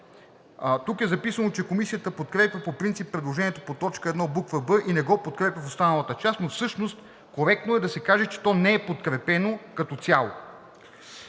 Тук е записано, че Комисията подкрепя по принцип предложението по т. 1, буква „б“ и не го подкрепя в останалата част, но всъщност коректно е да се каже, че то не е подкрепено като цяло.